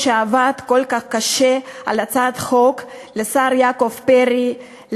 שעבד כל כך קשה על הצעת החוק: לשר יעקב פרי,